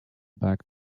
back